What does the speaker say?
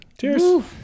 Cheers